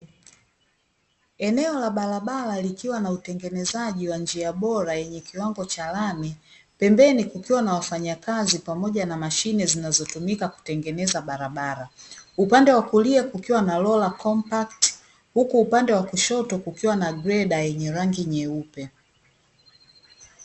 Eneo la barabara likiwa na utengenezaji wa njia bora yenye kiwango cha lami, pembeni kukiwa na wafanyakazi pamoja na mashine zinazotumika; kutengeneza barabara upande wa kulia kukiwa na Lola Compact huku upande wa kushoto kukiwa na greda yenye rangi nyeupe.